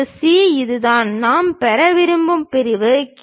பிரிவு சி இதுதான் நாம் பெற விரும்பும் பிரிவு